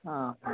ఆ